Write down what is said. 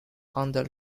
under